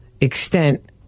extent